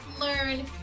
learn